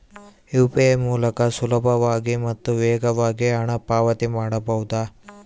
UPI ಮೂಲಕ ಸುಲಭವಾಗಿ ಮತ್ತು ವೇಗವಾಗಿ ಹಣ ಪಾವತಿ ಮಾಡಬಹುದಾ?